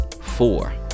four